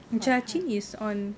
quite high ah